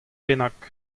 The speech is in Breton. bennak